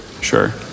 sure